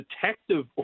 detective